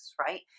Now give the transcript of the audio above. right